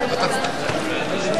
סעיף 45,